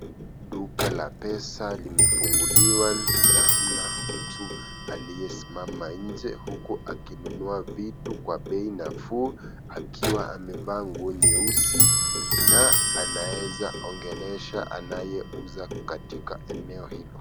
Duka la pesa limefunguliwa na mna mtu aliyesimama nje huku akinunua vitu kwa bei nafuu akiwa amevaa nguo nyeusi na anaeeza ongelesha anayeuza katika eneo hilo.